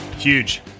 Huge